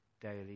daily